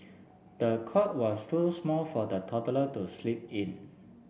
the cot was too small for the toddler to sleep in